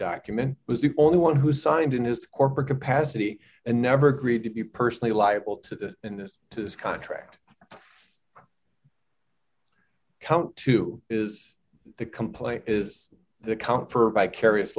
document was the only one who signed in his corporate capacity and never agreed to be personally liable to in this to his contract count two is the complaint is the count for vicarious